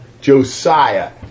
Josiah